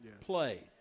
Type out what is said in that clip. play